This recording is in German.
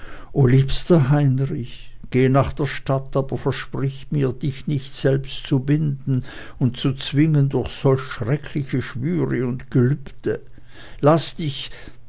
o liebster heinrich geh nach der stadt aber versprich mir dich nicht selbst zu binden und zu zwingen durch solche schreckliche schwüre und gelübde laß dich